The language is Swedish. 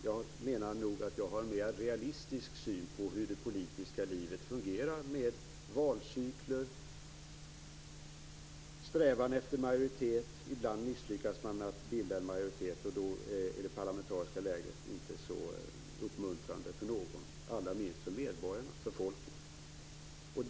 Jag menar att jag har en mer realistisk syn på hur det politiska livet fungerar med valcykler, strävan efter majoritet. Ibland misslyckas man med att bilda majoritet, och då är det parlamentariska läget inte så uppmuntrande för någon - allra minst för medborgarna.